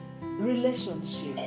relationship